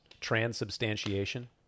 Transubstantiation